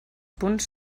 punts